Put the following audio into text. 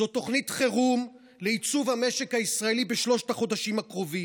זאת תוכנית חירום לייצוב המשק הישראלי בשלושת החודשים הקרובים.